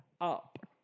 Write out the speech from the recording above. up